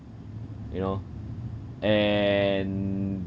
you know and